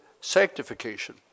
sanctification